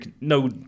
no